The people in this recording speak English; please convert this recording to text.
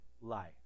life